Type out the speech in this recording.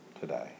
today